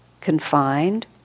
confined